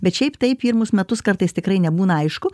bet šiaip tai pirmus metus kartais tikrai nebūna aišku